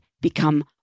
become